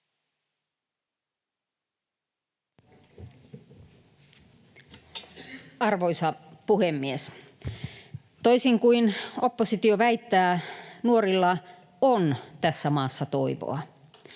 Arvoisa puhemies! Toisin kuin oppositio väittää, nuorilla on tässä maassa toivoa.